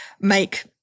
make